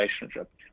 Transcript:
relationship